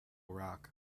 rock